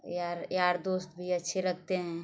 यार यार दोस्त भी अच्छे लगते हैं